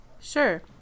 Sure